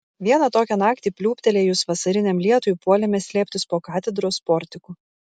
vieną tokią naktį pliūptelėjus vasariniam lietui puolėme slėptis po katedros portiku